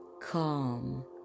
calm